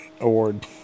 award